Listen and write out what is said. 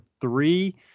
three